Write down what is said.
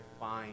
fine